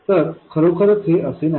तर खरोखरच हे असे नाही